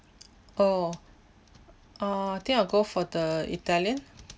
oh uh I think I go for the italian